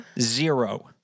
Zero